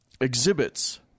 exhibits